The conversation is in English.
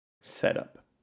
Setup